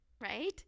right